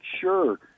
sure